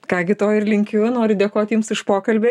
ką gi to ir linkiu noriu dėkot jums už pokalbį